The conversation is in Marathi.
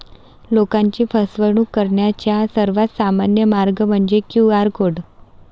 लोकांची फसवणूक करण्याचा सर्वात सामान्य मार्ग म्हणजे क्यू.आर कोड